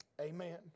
Amen